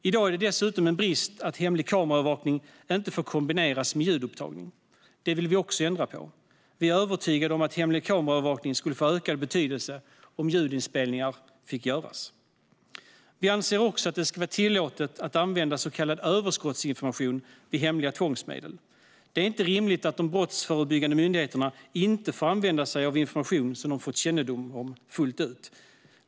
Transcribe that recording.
I dag är det dessutom en brist att hemlig kameraövervakning inte får kombineras med ljudupptagning. Det vill vi också ändra på. Vi är övertygade om att hemlig kameraövervakning skulle få ökad betydelse om ljudinspelningar fick göras. Vi anser också att det ska vara tillåtet att använda så kallad överskottsinformation vid hemliga tvångsmedel. Det är inte rimligt att de brottsförebyggande myndigheterna inte fullt ut får använda sig av information som de fått kännedom om.